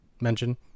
mention